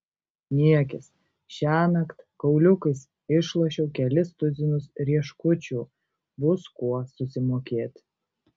niekis šiąnakt kauliukais išlošiau kelis tuzinus rieškučių bus kuo susimokėt